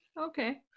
okay